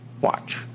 Watch